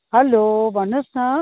hello भन्नुहोस् न